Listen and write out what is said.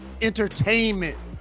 entertainment